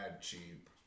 cheap